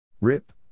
Rip